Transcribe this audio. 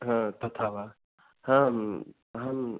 ह तथा वा हां हाम्